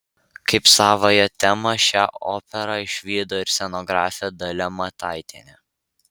kaip savąją temą šią operą išvydo ir scenografė dalia mataitienė